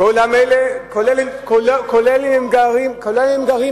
כולם אלה, כולל אם הם גרים ברחובות.